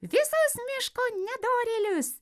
visus miško nedorėlius